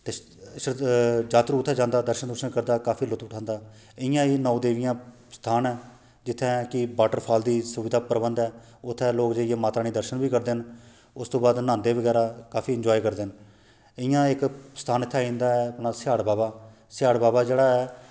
ते श्रद्धा जात्तरू उत्थै जंदा दर्शन दूर्शन करदा काफी लुत्फ उठांदा इंया गै नौ देवियां दा स्थान ऐ जित्थै कि वटरफाल दी सुविधा दा प्रबंध ऐ उत्थै लोक जेइयै माता रानी दे दर्शन बी करदे न उस तू बाद न्हांदे बगैरा काफी एनजााय करदे न इयां इक स्थान इत्थै आई जंदा ऐ अपना स्याड़ बाबा स्याड़ बाबा जेह्ड़ा ऐ